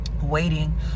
waiting